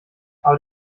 aber